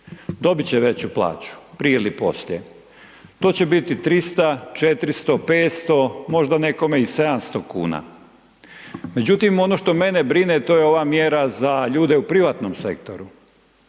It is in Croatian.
Dobit će veću plaću, prije ili poslije to će biti 300, 400, 500 možda nekome i 700 kuna. Međutim, ono što mene brine to je ova mjera za ljude u privatnom sektoru.